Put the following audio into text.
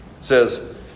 says